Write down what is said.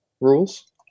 rules